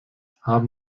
haben